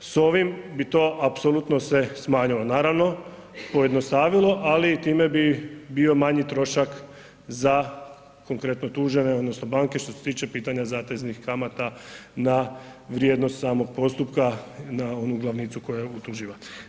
S ovim bi to apsolutno se smanjilo, naravno pojednostavilo ali time bi bio manji trošak za konkretno tužene, odnosno banke što se tiče pitanja zateznih kamata na vrijednost samog postupka, na onu glavnicu koja je utuživa.